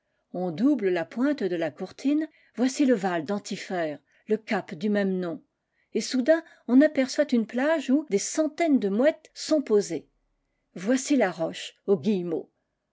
on double la pointe de la courtine voici le val d'antifer le cap du même nom et soudain on aperçoit une plage où des centaines de mouettes sont posées voici la roche aux